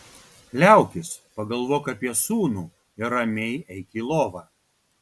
liaukis pagalvok apie sūnų ir ramiai eik į lovą